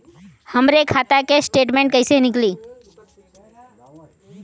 हमरे खाता के स्टेटमेंट कइसे निकली?